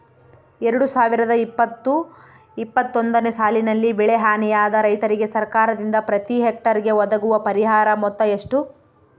ಎರಡು ಸಾವಿರದ ಇಪ್ಪತ್ತು ಇಪ್ಪತ್ತೊಂದನೆ ಸಾಲಿನಲ್ಲಿ ಬೆಳೆ ಹಾನಿಯಾದ ರೈತರಿಗೆ ಸರ್ಕಾರದಿಂದ ಪ್ರತಿ ಹೆಕ್ಟರ್ ಗೆ ಒದಗುವ ಪರಿಹಾರ ಮೊತ್ತ ಎಷ್ಟು?